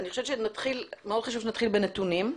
אני חושבת שמאוד חשוב שנתחיל בנתונים.